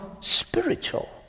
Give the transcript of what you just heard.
spiritual